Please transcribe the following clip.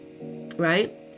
right